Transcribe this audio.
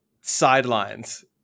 sidelines